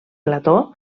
plató